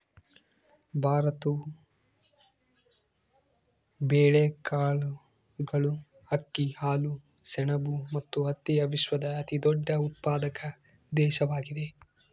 ಭಾರತವು ಬೇಳೆಕಾಳುಗಳು, ಅಕ್ಕಿ, ಹಾಲು, ಸೆಣಬು ಮತ್ತು ಹತ್ತಿಯ ವಿಶ್ವದ ಅತಿದೊಡ್ಡ ಉತ್ಪಾದಕ ದೇಶವಾಗಿದೆ